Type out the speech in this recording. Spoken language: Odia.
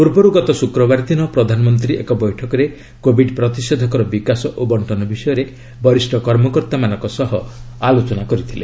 ପୂର୍ବରୁ ଗତ ଶୁକ୍ରବାର ଦିନ ପ୍ରଧାନମନ୍ତ୍ରୀ ଏକ ବୈଠକରେ କୋବିଡ୍ ପ୍ରତିଷେଧକର ବିକାଶ ଓ ବର୍ଷ୍ଣନ ବିଷୟରେ ବରିଷ୍ଣ କର୍ମକର୍ତ୍ତାମାନଙ୍କ ସହ ଆଲୋଚନା କରିଥିଲେ